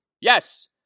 Yes